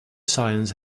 science